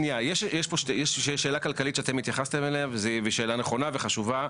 יש שאלה כלכלית שאתם התייחסתם אליה והיא שאלה נכונה וחשובה,